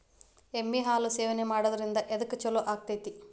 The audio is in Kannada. ಎಮ್ಮಿ ಹಾಲು ಸೇವನೆ ಮಾಡೋದ್ರಿಂದ ಎದ್ಕ ಛಲೋ ಆಕ್ಕೆತಿ?